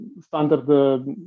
standard